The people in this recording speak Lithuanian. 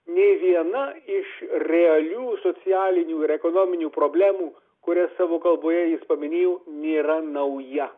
nė viena iš realių socialinių ir ekonominių problemų kurias savo kalboje jis paminėjo nėra nauja